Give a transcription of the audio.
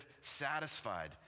satisfied